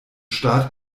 staat